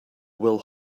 will